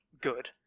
good